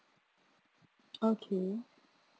okay